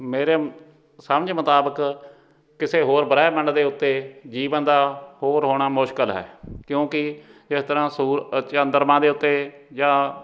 ਮੇਰੇ ਸਮਝ ਮੁਤਾਬਕ ਕਿਸੇ ਹੋਰ ਬ੍ਰਹਿਮੰਡ ਦੇ ਉੱਤੇ ਜੀਵਨ ਦਾ ਹੋਰ ਹੋਣਾ ਮੁਸ਼ਕਲ ਹੈ ਕਿਉਂਕਿ ਜਿਸ ਤਰ੍ਹਾਂ ਸੂਰ ਚੰਦਰਮਾ ਦੇ ਉੱਤੇ ਜਾਂ